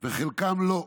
וחלקם לא.